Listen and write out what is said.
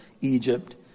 Egypt